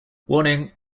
warning